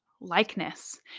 likeness